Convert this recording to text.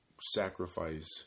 sacrifice